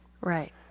Right